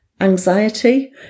anxiety